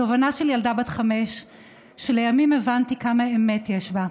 תובנה של ילדה בת חמש שלימים הבנתי כמה אמת יש בה.